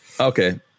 okay